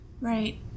Right